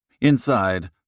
Inside